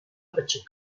açık